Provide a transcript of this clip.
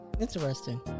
Interesting